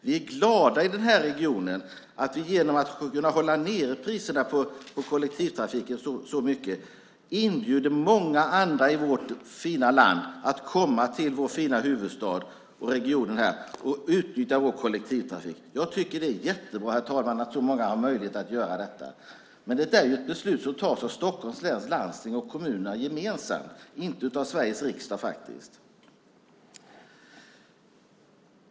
Vi i den här regionen är glada över att vi genom att kunna hålla nere priserna på kollektivtrafiken så mycket inbjuder många andra i vårt fina land att komma till vår fina huvudstad och region och utnyttja vår kollektivtrafik. Jag tycker att det är jättebra, herr talman, att så många har möjlighet att göra detta. Men det är ju ett beslut som fattas av Stockholms läns landsting och kommunerna i länet gemensamt, inte av Sveriges riksdag.